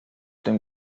dem